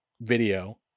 video